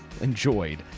enjoyed